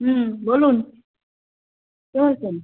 হুম বলুন কে বলছেন